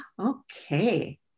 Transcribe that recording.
okay